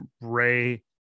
Ray